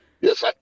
Yes